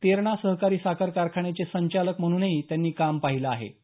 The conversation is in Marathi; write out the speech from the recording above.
तेरणा सहकारी साखर कारखान्याचे संचालक म्हणूनही त्यांनी काम पाहीलं होतं